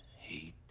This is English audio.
he